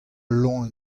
loen